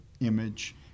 image